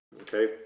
Okay